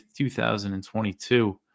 2022